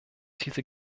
diese